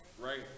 Right